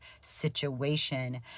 situation